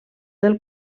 del